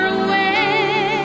away